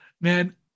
man